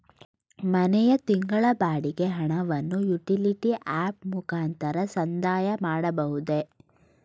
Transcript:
ಮನೆಯ ತಿಂಗಳ ಬಾಡಿಗೆ ಹಣವನ್ನು ಯುಟಿಲಿಟಿ ಆಪ್ ಮುಖಾಂತರ ಸಂದಾಯ ಮಾಡಬಹುದೇ?